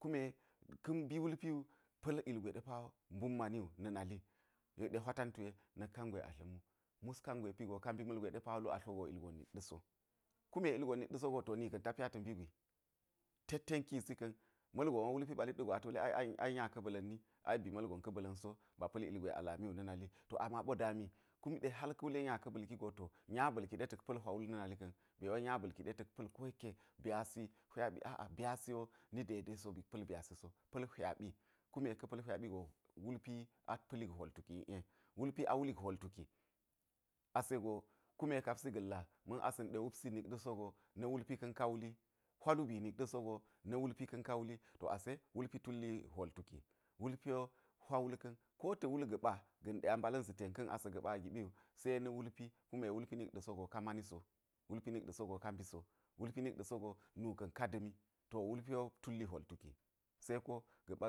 Kume ka̱ mbi wulpi pa̱l igon ɗe pa wo mbun mani wu na̱ na̱li. Yekɗe hwa tantu ye, na̱k ka̱n gwe a dla̱m wu. Mas kangwe pi wu lu tlo wugo ka mbi ma̱lgwe ilgon ni̱ɗɗa̱ so. Kume ilgon niɗɗa̱ sogo nika̱n ta pi ata̱ mbi gwi. Tet tn ki si ka̱n. Ma̱lgon wo wulpi ɓalit ɗa̱ go ata̱ wul ai ai nya ka̱ ba̱la̱nni, ba̱ ma̱lgon ka̱ ba̱la̱b so, ba pa̱l ilgwe a lami wu na̱ nali. To ama ɓo dami, kumde hal ka̱ wule nya ka̱ ba̱li go to, nya ba̱lki ɗe ta̱k pa̱l hwa wul na̱ nali ka̱n. Ba wai nya ba̱lki ɗe ta̱k pa̱l koyekke byasi hwaɓi a a byasi wu, a a byasi wo ni daidai so ba̱k pa̱l byasi so, pa̱l hwaɓi, kume ka̱ pa̱l hwaɓi go wulpi a pa̱lik hwol tuki ie. Wulpi a wulik hwol tuki. Ase go kume kapsi ga̱lla ma̱n asa̱n ɗe wupsi nikɗa̱ s owu na̱ wulpi ka̱n ka wuli. Hwa lubi na̱ɗɗa̱ sogo na̱wulpi ka̱n ka wuli. Wulpi tulli hwol tuki, wulpi wo hwa wul ka̱n. Kota̱ wul ga̱ɓa ga̱n ɗe asa̱ zi ten ka̱n wu se na̱ wulpi. Kume wulpi nikɗa̱ sogo ka mani so. Wulpi nikɗa̱ sogo ka mbi so. Wulpi nikɗa̱ sogo nuka̱n ka da̱mi. To wulpi wo tulli hwol tuki. Se ko ga̱ɓa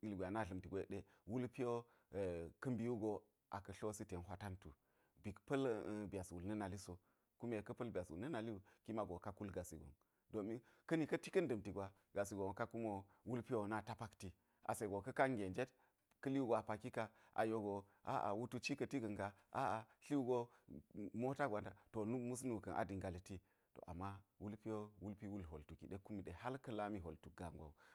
gwe ana dla̱mti go yekke wulpi wo ka̱ mbi wo go aka̱ tlosi ten hwa tantu. Ba̱k pa̱l byas wul na̱ nali so. Kume ka̱ pa̱l byas wul na̱ nali wu ki mago ka kul gasi gon. Domin ka̱ ni cikin da̱nti gwa ka kumiwo wulpi na ta pakti. Ase go ka̱ kan ge njet ka̱li wu go a paki ka. Ayo go wutu ci ka̱ti ga̱n ka tliwu mota gwa nda. To ama mus nuka̱n a da̱nga lita̱. Ama wulpi wo wulpi wul hwol tuki ɗe hal kume ka̱ lami hwol tuk gaa gwa wu.